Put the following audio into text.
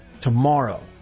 tomorrow